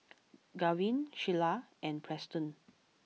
Garvin Shyla and Preston